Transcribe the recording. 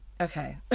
Okay